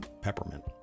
peppermint